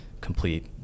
complete